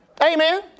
Amen